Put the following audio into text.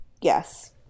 Yes